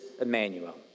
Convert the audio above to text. Emmanuel